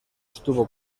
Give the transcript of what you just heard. estuvo